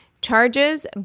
charges